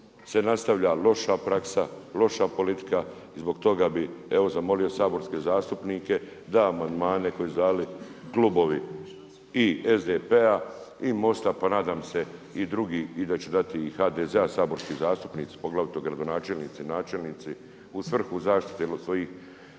se nastavlja loša praksa, loša politika i zbog toga bi evo zamolio saborske zastupnike da amandmane koje su dali klubovi i SDP-a i MOST-a pa nadam se i drugi da će dati i iz HDZ-a saborski zastupnici, poglavito gradonačelnici, načelnici, u svrhu zaštite svojih